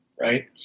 Right